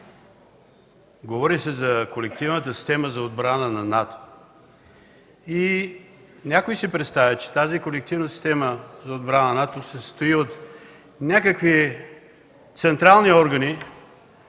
Говори се за колективната система за отбрана на НАТО и някой си представя, че тази колективна система за отбрана на НАТО се състои от някакви централни органи,